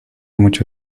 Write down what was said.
mucho